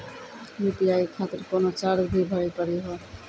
UPI खातिर कोनो charge भी भरी पड़ी हो?